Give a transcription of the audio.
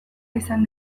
izan